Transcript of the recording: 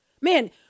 man